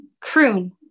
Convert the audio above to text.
Croon